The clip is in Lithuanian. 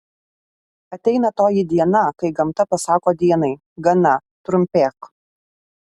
ateina toji diena kai gamta pasako dienai gana trumpėk